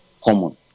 common